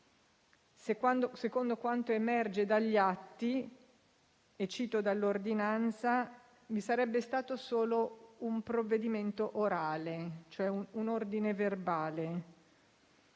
Secondo quanto emerge dagli atti - cito dall'ordinanza - vi sarebbe stato solo un provvedimento orale, e cioè un ordine verbale,